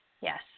Yes